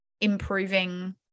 improving